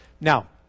Now